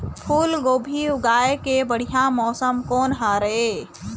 फूलगोभी उगाए के बढ़िया मौसम कोन हर ये?